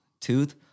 tooth